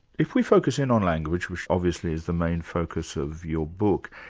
if we focus in on language, which obviously is the main focus of your book,